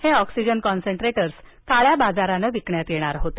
हे oxygen concentrators काळ्या बाजारानं विकण्यात येणार होते